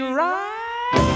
right